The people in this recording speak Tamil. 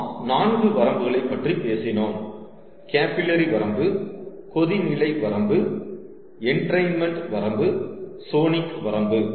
நாம் 4 வரம்புகளை பற்றி பேசினோம் கேபில்லரி வரம்பு கொதிநிலை வரம்பு என்ட்ரெயின்மன்ட் வரம்பு சோனிக் வரம்பு